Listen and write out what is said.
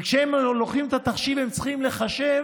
וכשהם לוקחים את התחשיב, הם צריכים לחשב